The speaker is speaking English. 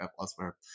elsewhere